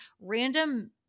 random